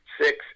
six